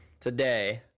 today